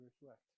reflect